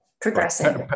progressing